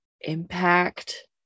impact